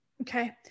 Okay